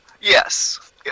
Yes